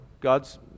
God's